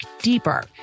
deeper